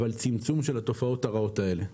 אבל צמצום של התופעות הרעות האלה.